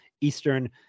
Eastern